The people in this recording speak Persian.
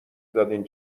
دادین